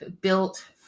built